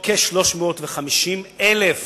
כ-350,000